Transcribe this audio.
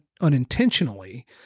unintentionally